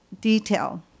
detail